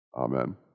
Amen